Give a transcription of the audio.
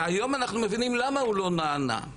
אבל היום אנחנו מבינים למה הוא לא נענה,